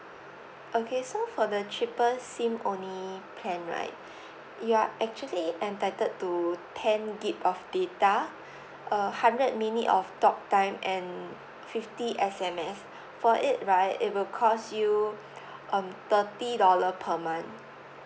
okay so for the cheapest SIM only plan right you're actually entitled to ten gig of data uh hundred minute of talk time and fifty S_M_S for it right it will cost you um thirty dollar per month